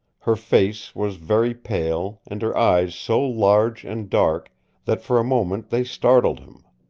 her face was very pale, and her eyes so large and dark that for a moment they startled him.